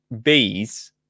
bees